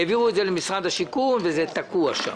העבירו את זה למשרד השיכון, זה תקוע שם.